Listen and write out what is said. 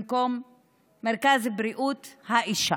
במקום מרכז בריאות האישה.